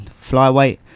flyweight